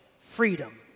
freedom